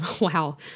Wow